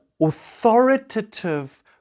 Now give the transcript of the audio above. authoritative